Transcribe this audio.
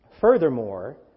Furthermore